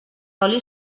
oli